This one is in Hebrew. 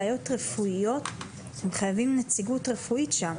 אני לא מבינה מה הדרישה מהרופאים בשטח עכשיו,